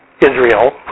Israel